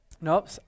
Nope